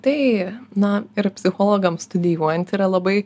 tai na ir psichologams studijuojant yra labai